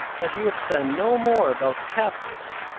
that he would send no more about the captives,